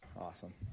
Awesome